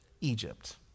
Egypt